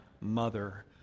mother